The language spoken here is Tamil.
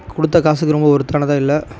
கொடுத்த காசுக்கு ரொம்ப வொர்த்தானதாக இல்லை